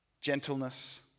gentleness